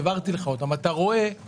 העברתי לך אותם אתה רואה